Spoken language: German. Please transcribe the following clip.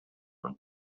und